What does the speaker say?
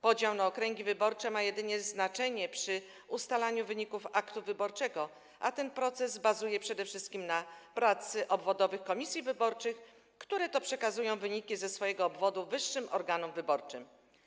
Podział na okręgi wyborcze ma znaczenie jedynie przy ustalaniu wyników aktu wyborczego, a ten proces bazuje przede wszystkim na pracy obwodowych komisji wyborczych, które to przekazują wyniki ze swojego obwodu wyższym organom wyborczym.